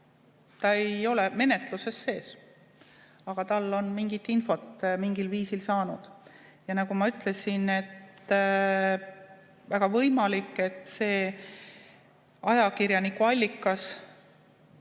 Ta ei ole menetluses sees, aga ta on mingit infot mingil viisil saanud. Nagu ma ütlesin, väga võimalik, et see ajakirjaniku allikas